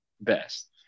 best